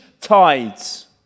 tides